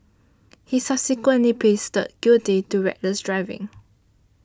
he subsequently please the guilty to reckless driving